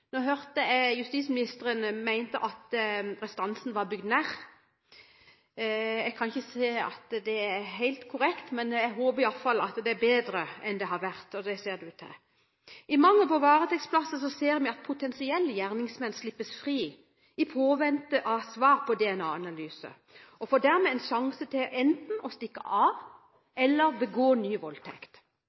Nå hørte jeg at justisministeren mente at restansen var bygd ned. Jeg kan ikke se at det er helt korrekt, men jeg håper i alle fall at det er bedre enn det har vært, og det ser det ut til. I mangel på varetektsplasser ser vi at potensielle gjerningsmenn slippes fri i påvente av svar på en DNA-analyse. De får dermed en sjanse til å stikke av eller begå